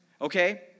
Okay